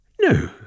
no